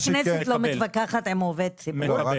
חברת כנסת לא מתווכחת עם עובד ציבור?